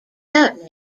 out